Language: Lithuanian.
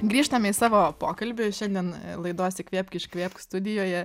grįžtame į savo pokalbį šiandien laidos įkvėpk iškvėpk studijoje